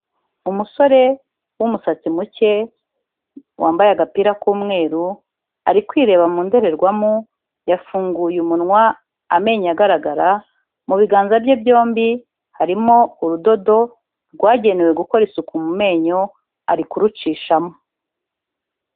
Umusore w'umusatsi muke wambaye agapira k'umweru, ari kwireba mu ndorerwamo yafunguye umunwa amenyo agaragara, mu biganza bye byombi harimo urudodo rwagenewe gukora isuku mu menyo ari kurucishamo.